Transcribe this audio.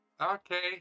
Okay